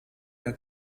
der